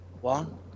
One